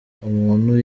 umuntu